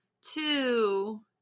two